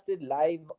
live